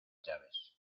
llaves